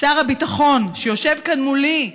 שר הביטחון שיושב כאן מולי,